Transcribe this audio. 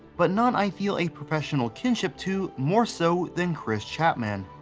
but none i feel a professional kinship to more so than chis chapman.